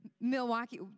Milwaukee